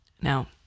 Now